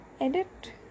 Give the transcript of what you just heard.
edit